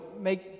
make